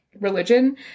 religion